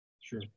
Sure